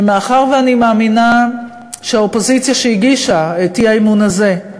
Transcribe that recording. ומאחר שאני מאמינה שהאופוזיציה שהגישה את האי-אמון הזה,